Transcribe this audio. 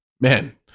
Man